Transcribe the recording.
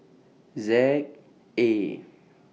Z A